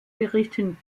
berichten